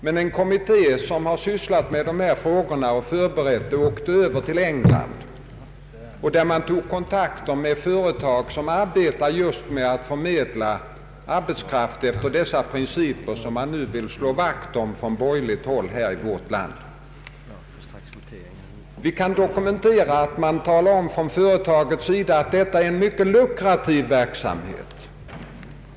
Men den kommitté som har sysslat med dessa frågor åkte över till England och tog där kontakt med företag som arbetar just med att förmedla arbetskraft efter de principer som man nu vill slå vakt om från borgerligt håll i vårt land. Vi kan dokumentera att dessa företag talade om att det är en mycket lukrativ verksamhet.